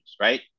right